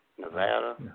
Nevada